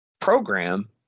program